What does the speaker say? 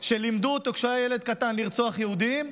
שלימדו אותו כשהוא היה ילד קטן לרצוח יהודים,